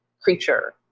creature